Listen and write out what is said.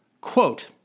Quote